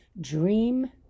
dream